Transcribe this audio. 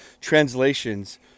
translations